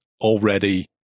already